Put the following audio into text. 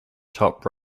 top